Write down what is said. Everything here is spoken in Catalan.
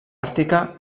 àrtica